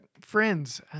friends